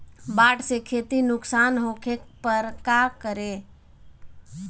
बाढ़ से खेती नुकसान होखे पर का करे?